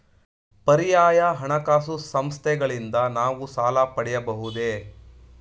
ಪರ್ಯಾಯ ಹಣಕಾಸು ಸಂಸ್ಥೆಗಳಿಂದ ನಾವು ಸಾಲ ಪಡೆಯಬಹುದೇ?